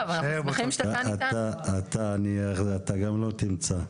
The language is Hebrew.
אל תדאג, אתה גם לא תמצא.